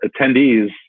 attendees